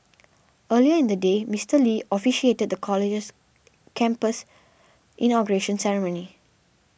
earlier in the day Mister Lee officiated the college's campus inauguration ceremony